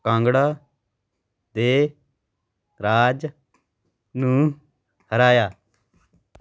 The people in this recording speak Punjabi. ਕਾਂਗੜਾ ਦੇ ਰਾਜ ਨੂੰ ਹਰਾਇਆ